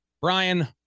Brian